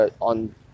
on